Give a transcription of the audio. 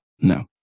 No